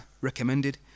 recommended